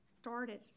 started